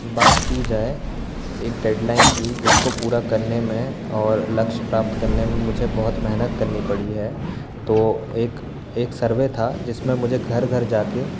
बात की जाए एक डेडलाइन की जिसको पूरा करने में और लक्ष्य प्राप्त करने में मुझे बहुत मेहनत करनी पड़ी है तो एक एक सर्वे था जिसमें मुझे घर घर जाके